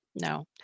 no